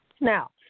Now